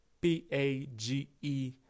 P-A-G-E